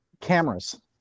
Cameras